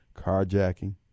Carjacking